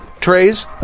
trays